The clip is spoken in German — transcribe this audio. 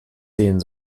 sehen